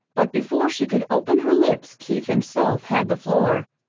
but before she could open her lips keith himself had the floor.